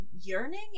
yearning